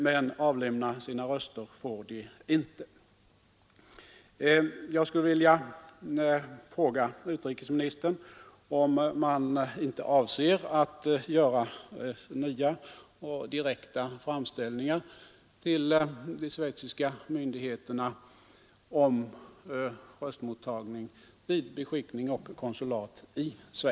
Men avlämna sina röster får de inte.